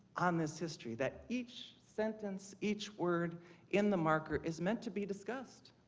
on this history that each sentence, each word in the marker is meant to be discussed,